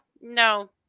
no